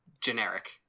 generic